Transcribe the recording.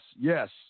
yes